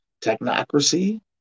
technocracy